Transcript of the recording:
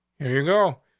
here you go.